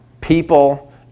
people